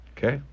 Okay